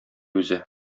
үзе